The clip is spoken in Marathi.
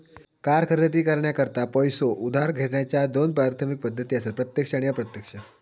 कार खरेदी करण्याकरता पैसो उधार घेण्याच्या दोन प्राथमिक पद्धती असत प्रत्यक्ष आणि अप्रत्यक्ष